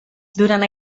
durant